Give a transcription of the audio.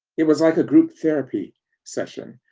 it was like a group therapy session,